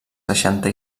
seixanta